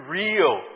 real